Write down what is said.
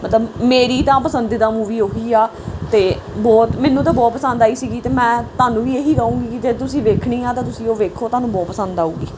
ਮਤਲਬ ਮੇਰੀ ਤਾਂ ਪਸੰਦੀਦਾ ਮੂਵੀ ਉਹੀ ਆ ਅਤੇ ਬਹੁਤ ਮੈਨੂੰ ਤਾਂ ਬਹੁਤ ਪਸੰਦ ਆਈ ਸੀਗੀ ਅਤੇ ਮੈਂ ਤੁਹਾਨੂੰ ਵੀ ਇਹੀ ਕਹੂੰਗੀ ਕਿ ਜੇ ਤੁਸੀਂ ਵੇਖਣੀ ਹੈ ਤਾਂ ਤੁਸੀਂ ਉਹ ਵੇਖੋ ਤੁਹਾਨੂੰ ਬਹੁਤ ਪਸੰਦ ਆਊਗੀ